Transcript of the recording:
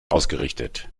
ausgerichtet